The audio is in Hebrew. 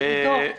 עידו.